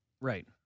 Right